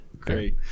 Great